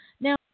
Now